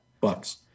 Bucks